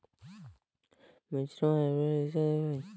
মিজরাম, মহারাষ্ট্র ইত্যাদি সব গুলা জাগাতে গ্রেপ চাষ ক্যরে